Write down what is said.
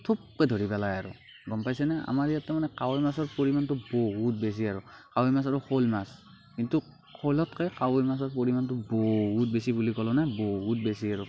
থোপকে ধৰি পেলাই আৰু গম পাইছেনে আমাৰ ইয়াত তাৰমানে কাৱৈ মাছৰ পৰিমাণটো বহুত বেছি আৰু কাৱৈ মাছ আৰু শ'ল মাছ কিন্তু শ'লতকৈ কাৱৈ মাছৰ পৰিমাণটো বহুত বেছি বুলি ক'লো নহয় বহুত বেছি আৰু